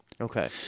Okay